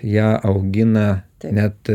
ją augina tie net